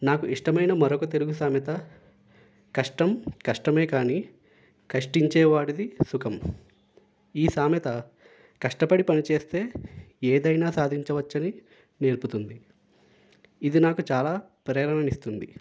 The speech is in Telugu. నాకు ఇష్టమైన మరొక తెలుగు సామెత కష్టం కష్టమే కానీ కష్టించేవాడిది సుఖం ఈ సామెత కష్టపడి పని చేస్తే ఏదైనా సాధించవచ్చు అని నేర్పుతుంది ఇది నాకు చాలా ప్రేరణను ఇస్తుంది